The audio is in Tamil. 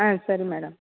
ஆ சரி மேடம்